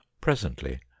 presently